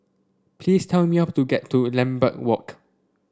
please tell me to get to Lambeth Walk